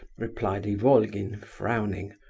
replied ivolgin, frowning.